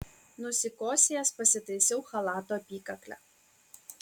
nusikosėjęs pasitaisiau chalato apykaklę